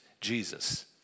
Jesus